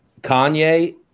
Kanye